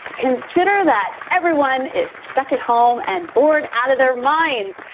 consider that everyone is stuck at home and bored out of their minds,